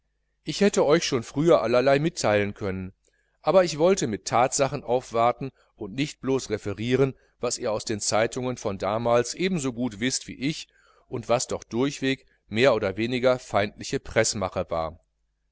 ich hätte euch schon früher allerlei mitteilen können aber ich wollte mit thatsachen aufwarten und nicht blos referieren was ihr aus den zeitungen von damals ebensogut wißt wie ich und was doch durchweg mehr oder weniger feindliche preßmache war